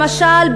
למשל,